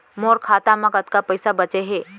मोर खाता मा कतका पइसा बांचे हे?